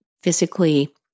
physically